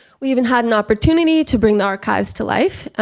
we even had an opportunity to bring the archives to life.